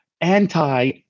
anti